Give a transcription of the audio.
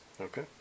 Okay